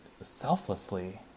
Selflessly